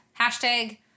Hashtag